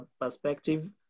perspective